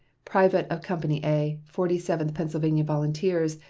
private of company a, forty-seventh pennsylvania volunteers,